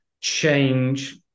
change